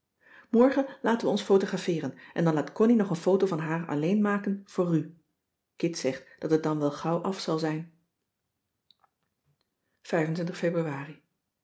morgen laten we ons photographeeren en dan laat connie nog een foto van haar alleen maken voor ru kit zegt dat het dan wel gauw af zal zijn ebruari